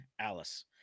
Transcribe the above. alice